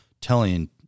telling